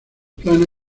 plana